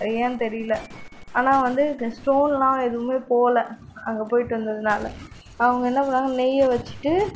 அது ஏன்னு தெரியல ஆனால் வந்து ஸ்டோன்லாம் எதுவுமே போகல அங்கே போய்ட்டு வந்ததினால அவங்க என்ன பண்ணுவாங்க நெய்யை வச்சுட்டு